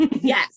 yes